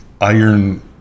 iron